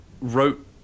wrote